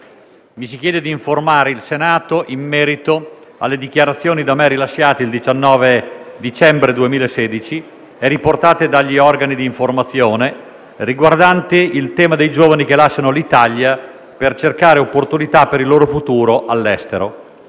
mi si chiede di informare il Senato in merito alle dichiarazioni da me rilasciate il 19 dicembre 2016 e riportate dagli organi di informazione, riguardanti il tema dei giovani che lasciano l'Italia per cercare opportunità per il loro futuro all'estero.